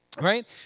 Right